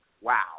wow